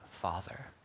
Father